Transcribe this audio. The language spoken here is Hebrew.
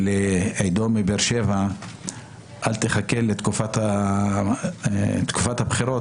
לעידו מבאר-שבע, אל תחכה לתקופת הבחירות.